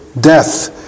death